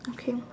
okay